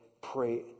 pray